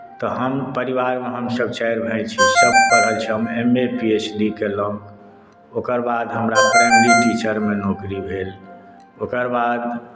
तऽ हम परिवारमे हमसभ चारि भाय छी सभ पढ़ल छी हम M A P H D केलहुँ ओकरबाद हमरा प्राइमरी टीचरमे नौकरी भेल ओकरा बाद